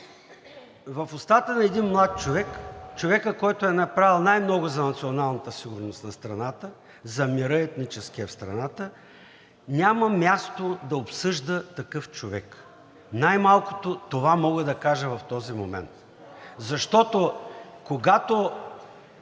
в устата на един млад човек, човекът, който е направил най-много за националната сигурност на страната, за етническия мир в страната, няма място да обсъжда такъв човек. Най-малкото това мога да кажа в този момент, защото, когато